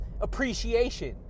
appreciation